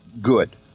good